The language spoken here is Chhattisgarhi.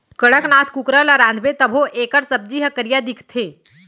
कड़कनाथ कुकरा ल रांधबे तभो एकर सब्जी ह करिया दिखथे